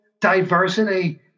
diversity